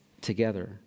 together